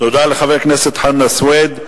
תודה לחבר הכנסת חנא סוייד.